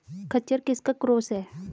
खच्चर किसका क्रास है?